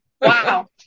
Wow